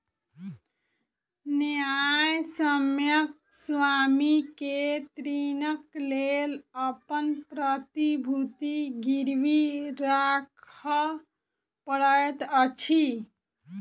न्यायसम्यक स्वामी के ऋणक लेल अपन प्रतिभूति गिरवी राखअ पड़ैत अछि